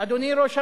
אדוני ראש הממשלה,